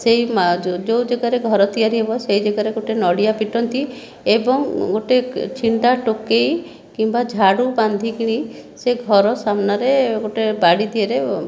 ସେହି ଯେଉଁ ଜାଗାରେ ଘର ତିଆରି ହେବ ସେହି ଜାଗାରେ ଗୋଟିଏ ନଡ଼ିଆ ପିଟନ୍ତି ଏବଂ ଗୋଟିଏ ଛିଣ୍ଡା ଟୋକେଇ କିମ୍ବା ଝାଡ଼ୁ ବାନ୍ଧିକରି ସେ ଘର ସାମ୍ନାରେ ଗୋଟିଏ ବାଡ଼ି ଦେହରେ